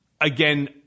Again